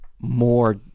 more